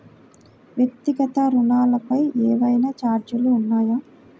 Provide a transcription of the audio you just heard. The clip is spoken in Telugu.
వ్యక్తిగత ఋణాలపై ఏవైనా ఛార్జీలు ఉన్నాయా?